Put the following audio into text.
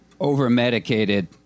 Overmedicated